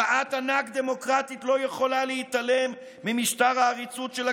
מחאת ענק דמוקרטית לא יכולה להתעלם ממשטר העריצות של הכיבוש.